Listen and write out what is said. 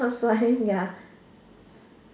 stop flying their